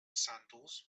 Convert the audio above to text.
sandals